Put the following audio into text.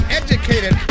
educated